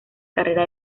carrera